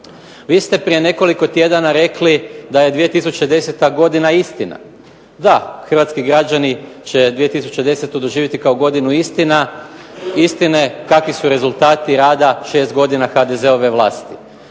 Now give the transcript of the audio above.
Vi ste prije nekoliko tjedana rekli da je 2010. godina istina. Da, hrvatski građani će 2010. doživjeti kao godinu istine, kakvi su rezultati rada šest godina rada HDZ-ove vlasti.